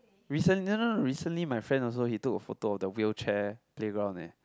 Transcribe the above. recen~ no no no recently my friend he also took a photo of the wheelchair playground eh